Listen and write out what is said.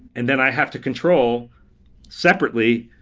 and then i have to control separately,